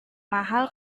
mahal